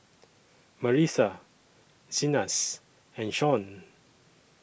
Marisa Zenas and Shon